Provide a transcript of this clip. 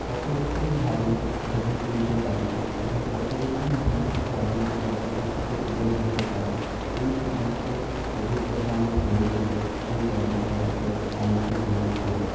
কত রকমভাবে ছবি তুলতে পারি এবং কত রকম দিক থেকে আমি সেই অবজেক্টটিকে তুলে ধরতে পারি এই সমস্ত অভিজ্ঞতা আমার হয়েছিলো ওই কর্মশালাতে অংশগ্রহণ করে